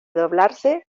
doblarse